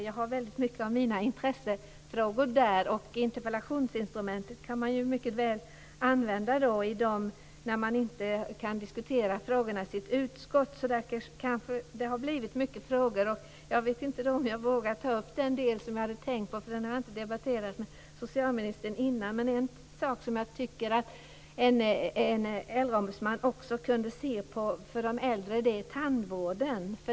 Jag har väldigt mycket av mina intressen där, och interpellationsinstrumentet kan man mycket väl använda när man inte kan diskutera frågorna i sitt utskott. Det har kanske blivit många frågor. Jag vet inte om jag vågar ta upp den del som jag hade tänkt, för den har inte debatterats med socialministern innan. Det är en sak som jag tycker att en äldreombudsman också kunde se på, och det är tandvården.